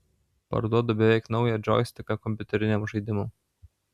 parduodu beveik naują džoistiką kompiuteriniam žaidimam